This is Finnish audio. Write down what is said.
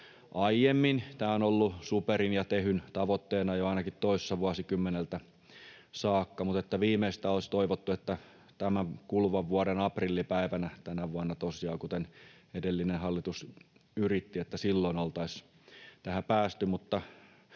Tämä on ollut SuPerin ja Tehyn tavoitteena jo ainakin toissa vuosikymmeneltä saakka, mutta olisi toivottu, että viimeistään tämän kuluvan vuoden aprillipäivänä — tänä vuonna tosiaan, kuten edellinen hallitus yritti — olisi tähän päästy.